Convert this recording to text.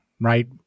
right